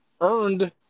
earned